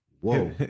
whoa